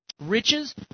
Riches